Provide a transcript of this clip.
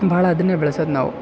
ಭಾಳ ಅದನ್ನೇ ಬೆಳೆಸಿದ ನಾವು